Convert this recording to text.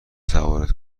سوارت